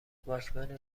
واکمن